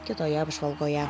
kitoje apžvalgoje